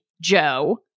Joe